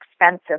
expensive